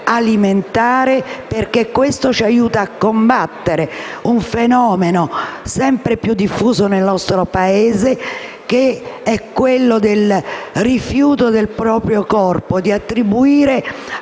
alimentare. Ciò aiuta a combattere il fenomeno, sempre più diffuso nel nostro Paese, che è quello del rifiuto del proprio corpo, con l'attribuzione